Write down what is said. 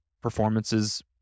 performances